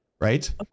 Right